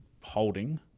holding